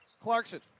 Clarkson